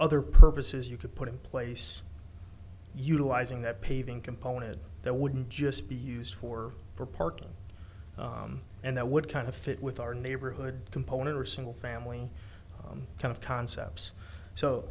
other purposes you could put in place utilizing that paving component that wouldn't just be used for parking and that would kind of fit with our neighborhood component or single family kind of concepts so